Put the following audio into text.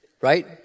Right